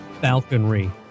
Falconry